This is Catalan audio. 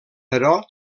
però